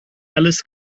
alles